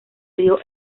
río